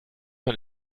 man